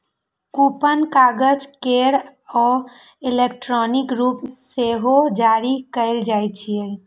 coupon कागज केर आ इलेक्ट्रॉनिक रूप मे सेहो जारी कैल जाइ छै